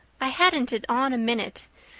i hadn't it on a minute.